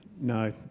No